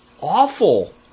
awful